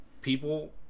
People